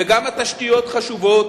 וגם התשתיות חשובות,